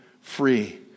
free